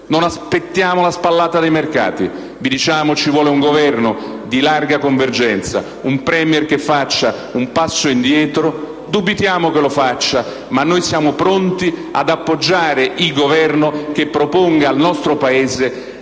non aspettiamo la spallata dei mercati. Vi diciamo che ci vuole un Governo di larga convergenza, con un Premier che faccia un passo indietro. Dubitiamo che lo faccia, ma siamo pronti ad appoggiare un Governo che proponga al nostro Paese